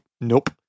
nope